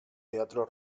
teatro